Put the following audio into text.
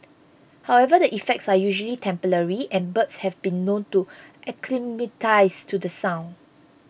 however the effects are usually temporary and birds have been known to acclimatise to the sound